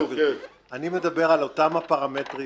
אני מדבר על אותם הפרמטרים